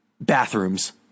bathrooms